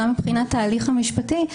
וגם מבחינת ההליך המשפטי.